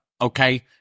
okay